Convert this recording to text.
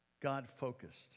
God-focused